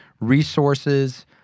resources